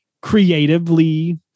creatively